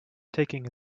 taking